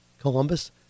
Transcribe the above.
Columbus